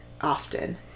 often